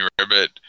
Rabbit